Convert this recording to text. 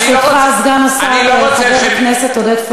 ברשותך, סגן השר, חבר הכנסת עודד פורר מבקש לשאול.